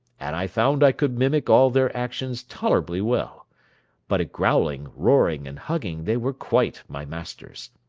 and i found i could mimic all their actions tolerably well but at growling, roaring, and hugging they were quite my masters.